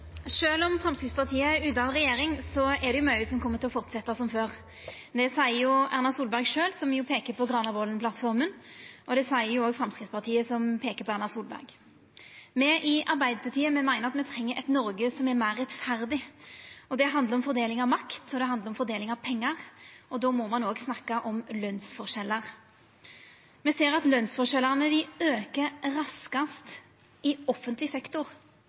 det mykje som kjem til å fortsetja som før. Det seier jo Erna Solberg sjølv, som peiker på Granavolden-plattforma, og det seier Framstegspartiet, som peiker på Erna Solberg. Me i Arbeidarpartiet meiner at me treng eit Noreg som er meir rettferdig. Det handlar om fordeling av makt, og det handlar om fordeling av pengar, og då må ein òg snakka om lønsforskjellar. Me ser at lønsforskjellane aukar raskast i offentleg sektor,